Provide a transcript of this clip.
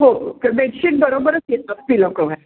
हो तर बेडशीटबरोबरच येतं पिलो कवर